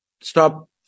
stop